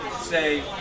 say